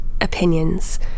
opinions